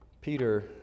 Peter